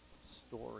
story